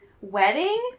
Wedding